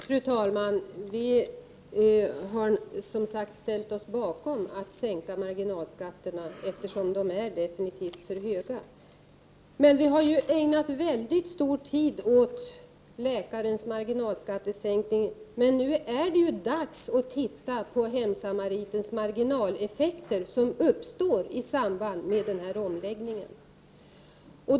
Fru talman! Vi har som sagt ställt oss bakom en sänkning av marginalskatten, eftersom den är absolut för hög. Vi har ägnat mycket stor tid åt läkarnas marginalskattesänkning. Nu är det dags att titta på de marginaleffekter som uppstår för hemsamariterna i samband med omläggningen.